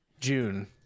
June